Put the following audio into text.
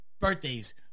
birthdays